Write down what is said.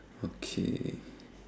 okay